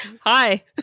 Hi